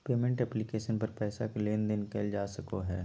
payment application पर पैसा के लेन देन कइल जा सको हइ